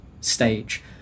stage